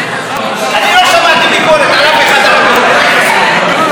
הממשלה על העברת סמכויות מראש הממשלה לשר התקשורת נתקבלה.